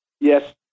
Yes